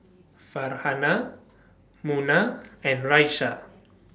Farhanah Munah and Raisya